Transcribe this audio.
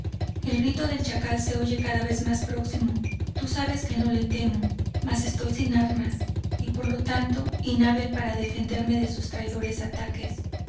el grito del chakal se oye cada vez más próximo tu sabes que no le temo más estoy sin armas y por lo tanto inhábil para defenderme de sus traidores ataques